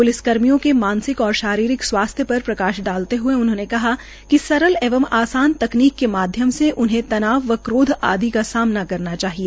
police कर्मियों के मानसिक और शारीरिक स्वास्थ्य पर प्रकाश डालते हए उन्होंने कहा कि सरल एवं आसान तकनीक के माध्यम से उन्हें तनाव व क्रोध आदि का सामना करना चाहिए